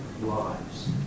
lives